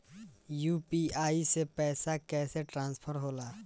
UPI से पैसा कैसे ट्रांसफर होला?